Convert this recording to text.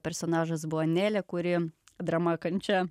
personažas buvo nelė kuri drama kančia